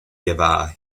lleva